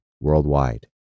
worldwide